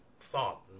thought